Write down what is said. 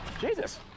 Jesus